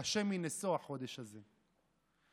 קשה מנשוא החודש הזה".